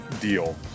deal